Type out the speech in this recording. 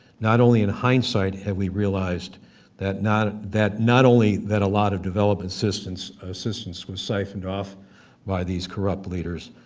not only in hindsight have we realized that not not only that a lot of development assistance assistance was syphoned off by these corrupt leaders,